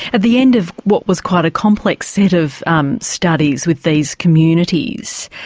at the end of what was quite a complex set of um studies with these communities,